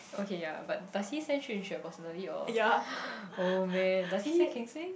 okay yea but does he send Xin-Jue personally or oh man does he send King-Xui